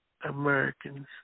Americans